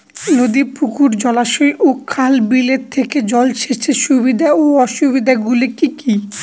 নদী পুকুর জলাশয় ও খাল বিলের থেকে জল সেচের সুবিধা ও অসুবিধা গুলি কি কি?